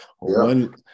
one